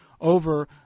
Over